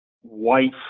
white